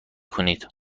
کنید